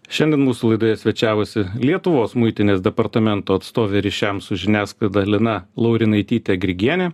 šiandien mūsų laidoje svečiavosi lietuvos muitinės departamento atstovė ryšiams su žiniasklaida lina laurinaitytė grigienė